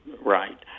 right